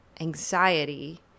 anxiety